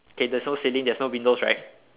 okay there's no ceiling there's no windows right